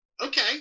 Okay